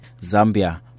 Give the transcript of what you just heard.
Zambia